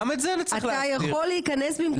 אתה יכול להיכנס במקומו?